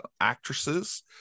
actresses